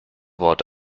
wort